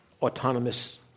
autonomous